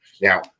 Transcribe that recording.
Now